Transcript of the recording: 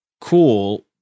cool